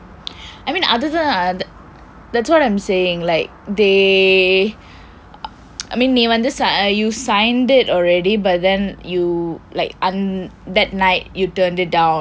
I mean அது தான்:athu thaan that's what I'm saying like they I mean நீ வந்து:nii vandthu sig~ uh you signed it already but then you like that night you turned it down